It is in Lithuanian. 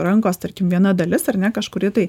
rankos tarkim viena dalis ar ne kažkuri tai